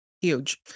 huge